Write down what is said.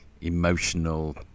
emotional